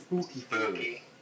Spooky